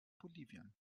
bolivien